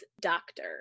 Doctor